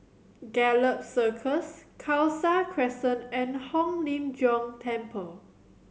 Gallop Circus Khalsa Crescent and Hong Lim Jiong Temple